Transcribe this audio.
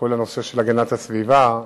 כל הנושא של הגנת הסביבה,